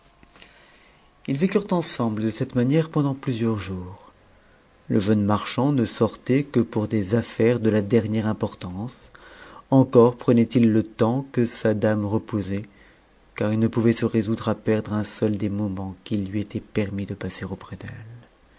ils cut'ont cnscnth c c tto manière pendant phmwn c jeune marchand ne sortait que pour des aftaires de la dernière importance encore prenait-il le temps que sa dame reposait car il ne pouvait se résoudre à perdre un seul des moments qu'il lui était permis de passer auprès d'elle